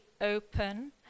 open